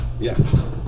Yes